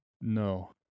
No